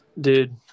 Dude